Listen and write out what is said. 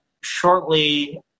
shortly